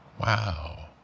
Wow